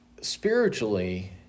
spiritually